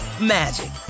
magic